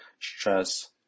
stress